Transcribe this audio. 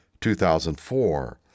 2004